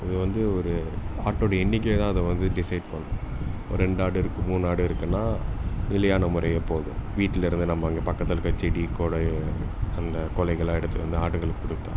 இதை வந்து ஒரு ஆட்டோடய எண்ணிக்கை தான் அதை வந்து டிஸைட் பண்ணும் ஒரு ரெண்டு ஆடு இருக்குது மூணு ஆடு இருக்குன்னால் நிலையான முறையே போதும் வீட்டில் இருந்து நம்ம அங்கே பக்கத்தில் இருக்கற செடி கொழ அந்த குலைகள்லாம் எடுத்துட்டு வந்து ஆடுங்களுக்குக் கொடுத்தா